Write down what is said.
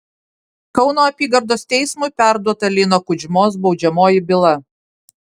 kauno apygardos teismui perduota lino kudžmos baudžiamoji byla